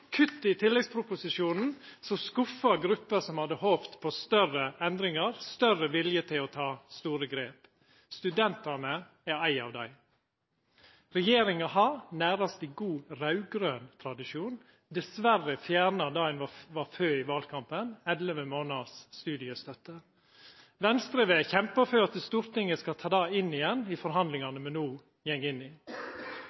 kutt i tilleggsproposisjonen som skuffar grupper som hadde håpt på større endringar og større vilje til å ta store grep. Studentane er ei av dei gruppene. Regjeringa har – nesten i god raud-grøn tradisjon – dessverre fjerna det ein var for i valkampen: 11 månaders studiestøtte. Venstre vil kjempa for at Stortinget skal ta det inn igjen i